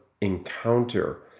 encounter